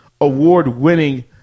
award-winning